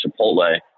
Chipotle